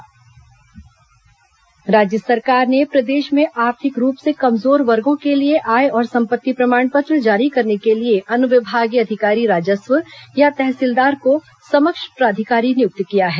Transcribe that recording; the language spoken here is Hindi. आय संपत्ति प्रमाण पत्र राज्य सरकार ने प्रदेश में आर्थिक रूप से कमजोर वर्गों के लिए आय और संपत्ति प्रमाण पत्र जारी करने के लिए अनुविभागीय अधिकारी राजस्व या तहसीलदार को समक्ष प्राधिकारी नियुक्त किया है